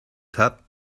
tub